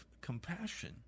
compassion